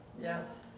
Yes